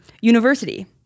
university